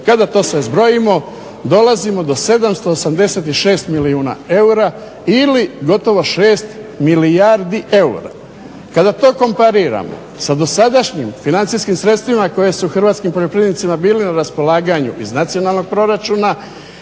Kada to sve zbrojimo dolazimo do 786 milijuna eura ili gotovo 6 milijardi eura. Kada to kompariramo sa dosadašnjim financijskim sredstvima koja su hrvatskim poljoprivrednicima bili na raspolaganju iz nacionalnog proračuna,